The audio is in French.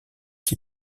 qui